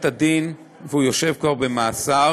הוא יושב כבר במאסר